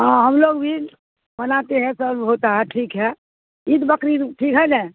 ہاں ہم لوگ بھی بناتے ہیں سب ہوتا ہے ٹھیک ہے عید بقرعید ٹھیک ہے نا